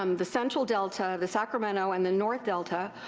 um the central delta, the sacramento, and the north delta,